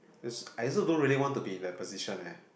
is I also don't really want to be in the position eh